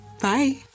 Bye